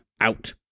out